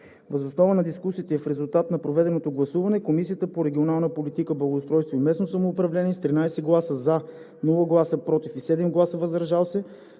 Въз основа на дискусията и в резултат на проведеното гласуване Комисията по регионална политика, благоустройство и местно самоуправление с 13 гласа „за“, без „против“ и 7 гласа „въздържал се“